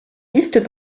listes